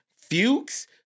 Fuchs